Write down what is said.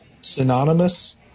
synonymous